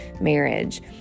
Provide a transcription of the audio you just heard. marriage